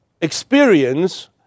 experience